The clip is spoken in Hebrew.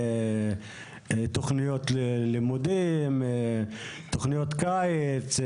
תוכניות לימודים, תוכניות קיץ,